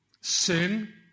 Sin